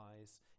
eyes